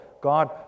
God